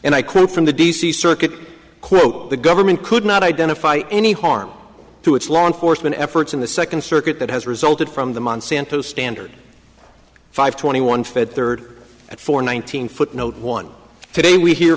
i quote from the d c circuit quote the government could not identify any harm to its law enforcement efforts in the second circuit that has resulted from the monsanto standard five twenty one fed third at four one thousand foot no one today we hear